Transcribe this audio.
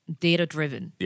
data-driven